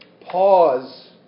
pause